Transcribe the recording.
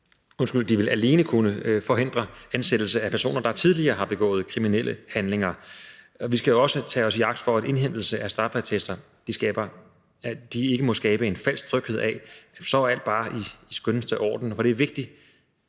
således alene kunne forhindre ansættelse af personer, der tidligere har begået kriminelle handlinger. Vi skal jo også tage os i agt for, at indhentelse af straffeattester ikke må skabe en falsk tryghed af, at alt så bare er i skønneste orden. Og det er vigtigt,